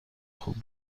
خوب